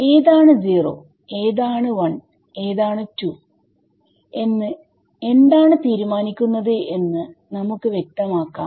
എതാണ് 0 ഏതാണ് 1 ഏതാണ് 2 എന്ന് എന്താണ് തീരുമാനിക്കുന്നത് എന്ന് നമുക്ക് വ്യക്തമാക്കാം